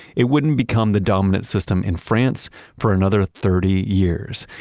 it wouldn't become the dominant system in france for another thirty years.